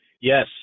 Yes